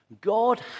God